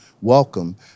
Welcome